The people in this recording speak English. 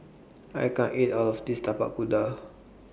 I can't eat All of This Tapak Kuda